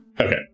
Okay